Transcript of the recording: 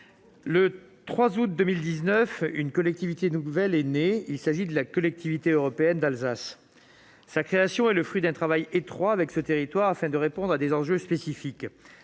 Le 3 août 2019, une collectivité nouvelle est née : la Collectivité européenne d'Alsace (CEA). Sa création est le fruit d'un travail étroit avec ce territoire, mené afin de répondre à des enjeux spécifiques.